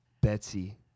Betsy